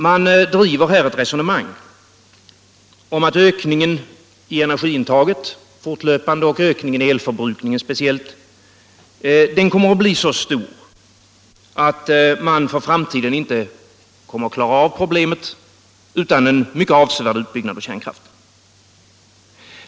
Man driver här ett resonemang om att ökningen av energiintaget och speciellt elförbrukningen kommer att bli så stor att man för framtiden inte kommer att klara problemen utan en mycket avsevärd utbyggnad av kärnkraften.